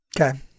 Okay